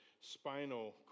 spinal